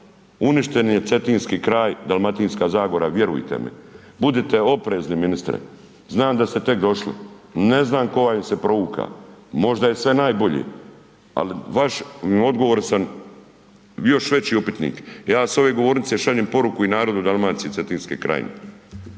uništen je Cetinski kraj, Dalmatinska zagora, vjerujte mi. Budite oprezni ministre, znam da ste tek došli, ne znam tko vam se provukao, možda je sve najbolje ali vaš odgovor sam, još veći upitnik. Ja s ove govornice šaljem poruku i narodu Dalmacije Cetinske krajine